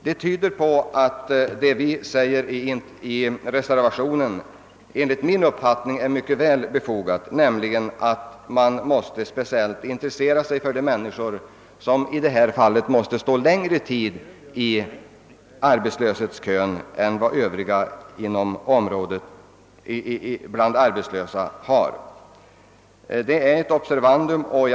Detta tyder på att särskilda åtgärder kan vara nödvändiga och att det är befogat att intressera sig speciellt för de människor som har särskilt svårt att komma in i arbetslivet igen. Herr talman!